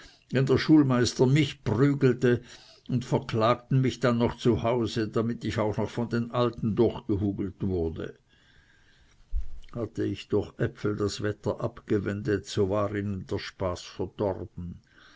der schulmeister mich prügelte und verklagten mich dann zu hause damit ich auch noch von den alten durchgehudelt werde hatte ich durch äpfel das wetter abgewendet so war ihnen der spaß verdorben